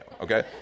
okay